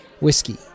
whiskey